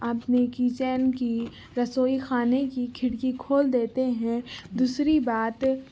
اپنے کچن کی رسوئی خانے کی کھڑکی کھول دیتے ہیں دوسری بات